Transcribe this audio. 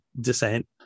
descent